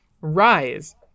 Rise